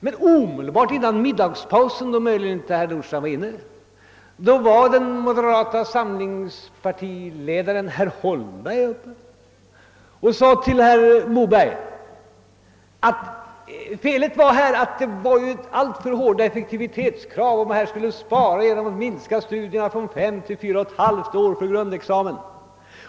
Men omedelbart före middagspausen — herr Nordstrandh var kanske inte inne i kammaren då — sade moderata samlingspartiets ledare herr Holmberg till herr Moberg att felet var, att man hade alltför hårda effektivitetskrav om man minskar studierna från fem till fyra och ett halvt år för grundexamen.